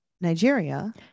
Nigeria